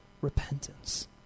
repentance